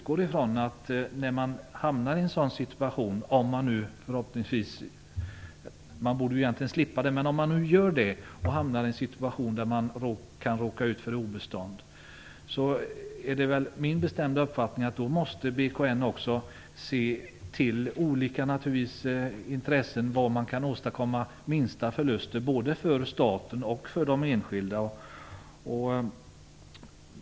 Om man hamnar i en situation där man kan råka ut för obestånd, vilket man egentligen borde slippa, måste BKN enligt min bestämda uppfattning få ta ställning till på vilket sätt det kan bli minsta möjliga förlust både för staten och för de enskilda.